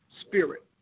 spirit